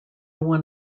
one